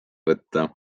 võtta